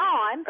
on